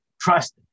trust